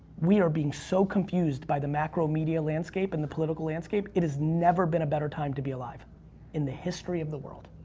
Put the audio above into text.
we are being so confused by the macro media landscape and the political landscape. it has never been a better time to be alive in the history of the world.